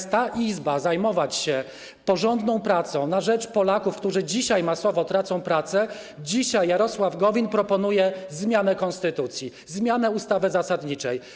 Ta Izba powinna zajmować się porządną pracą na rzecz Polaków, którzy dzisiaj masowo tracą pracę, natomiast dzisiaj Jarosław Gowin proponuje zmianę konstytucji, zmianę ustawy zasadniczej.